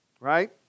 right